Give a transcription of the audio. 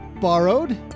Borrowed